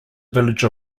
village